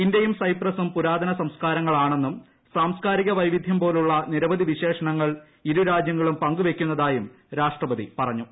ഇന്ത്യയും സൈപ്രസും പുരാതന സംസ്ക്കാരങ്ങളാണെന്നും സാംസ്ക്കാരിക വൈവിധ്യം പോലുള്ള നിരവധി വിശേഷണങ്ങൾ ഇരു രാജ്യങ്ങളും പങ്ക് വെയ്ക്കുന്നതായും രാഷ്ട്രപതി പറഞ്ഞു